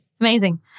Amazing